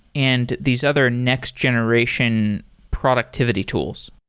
and these other next-generation productivity tools?